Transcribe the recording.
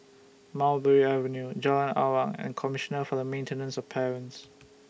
Mulberry Avenue Jalan Awang and Commissioner For The Maintenance of Parents